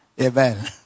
Amen